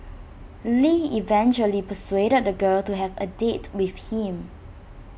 lee eventually persuaded the girl to have A date with him